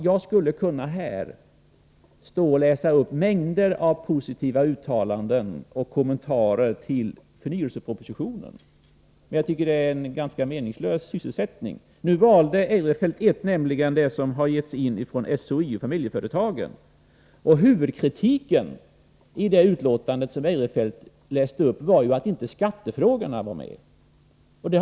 Jag skulle naturligtvis här kunna läsa upp mängder av positiva uttalanden och kommentarer till förnyelsepropositionen. Men jag tycker det är en ganska meningslös sysselsättning. Nu valde Eirefelt ett, nämligen det som har avgivits av SHIO-Familjeföretagen. Huvudkritiken i det utlåtande som Eirefelt läste upp var att skattefrågorna inte var med.